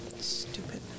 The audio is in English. Stupid